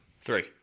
Three